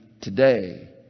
today